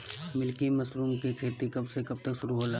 Milky mushroom के खेती कब से कब तक होला?